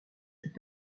cette